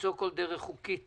למצוא כל דרך חוקית